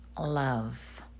love